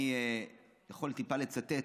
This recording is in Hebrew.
אני יכול טיפה לצטט.